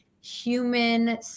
human